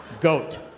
Goat